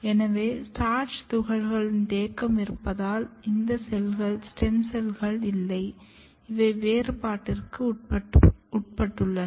எனவே ஸ்டார்ச் துகள்கள் தேக்கம் இருப்பதால் இந்த செல்கள் ஸ்டெம் செல்கள் இல்லை இவை வேறுபாட்டிற்கு உட்பட்டுள்ளன